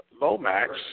Lomax